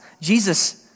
Jesus